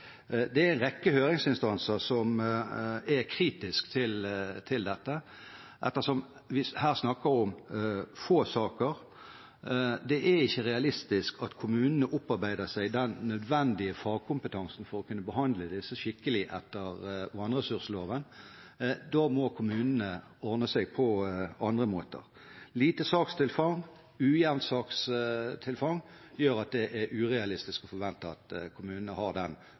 rekke høringsinstanser som er kritisk til dette. Ettersom vi her snakker om få saker, er det ikke realistisk at kommunene opparbeider seg den nødvendige fagkompetansen for å kunne behandle disse skikkelig etter vannressursloven. Da må kommunene ordne seg på andre måter. Lite sakstilfang og ujevnt sakstilfang gjør at det er urealistisk å forvente at kommunene har den